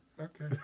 Okay